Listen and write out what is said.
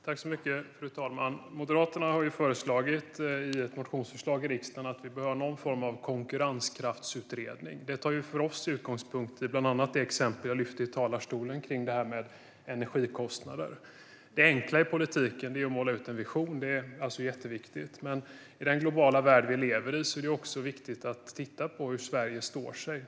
Fru talman! Moderaterna har ju föreslagit i en riksdagsmotion att vi ska göra någon form av konkurrenskraftsutredning. Det tar för oss sin utgångspunkt i bland annat det jag tog upp i talarstolen om energikostnader. Det enkla i politiken är att måla upp en vision. Det är jätteviktigt, men i den globala värld vi lever i är det också viktigt att titta på hur Sverige står sig.